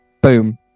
Boom